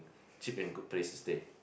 cheap and good place to play